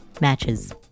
matches